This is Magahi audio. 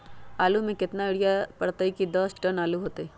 आलु म केतना यूरिया परतई की दस टन आलु होतई?